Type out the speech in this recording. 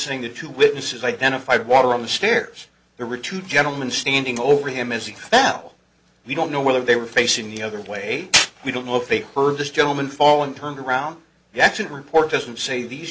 saying that two witnesses identified water on the stairs there were two gentlemen standing over him is he now we don't know whether they were facing the other way we don't know if they heard this gentleman fall and turned around the action report doesn't say these